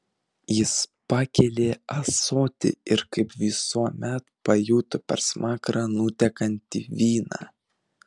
jis pakėlė ąsotį ir kaip visuomet pajuto per smakrą nutekantį vyną